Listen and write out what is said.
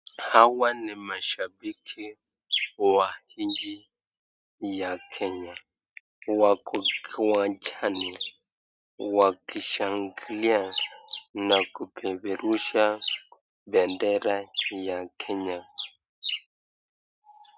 Hawa ni mashabiki wa nchi ya Kenya. Wako kiwanjani wakishangilia na kupeperusha bendera ya Kenya.